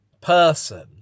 person